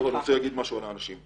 אני רוצה להגיד משהו על האנשים.